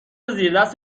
زیردست